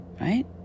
Right